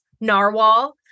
narwhal